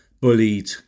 bullied